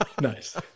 Nice